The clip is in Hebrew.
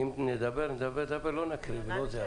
אם נדבר ונדבר, לא נקרא את התקנות.